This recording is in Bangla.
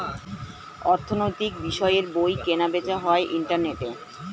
অর্থনৈতিক বিষয়ের বই কেনা বেচা হয় ইন্টারনেটে